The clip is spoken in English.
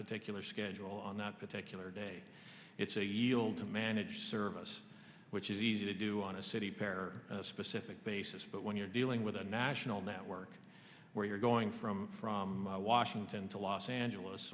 particular schedule on that particular day it's a yield to manage service which is easy to do on a city pair specific basis but when you're dealing with a national network where you're going from from washington to los angeles